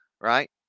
right